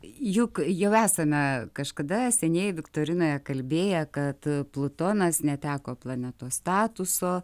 juk jau esame kažkada seniai viktorinoje kalbėję kad plutonas neteko planetos statuso